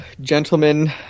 gentlemen